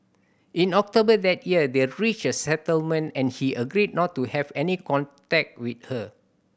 in October that year they reached a settlement and he agreed not to have any contact with her